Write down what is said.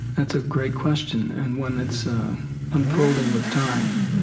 that's a great question and one that's unfolding with time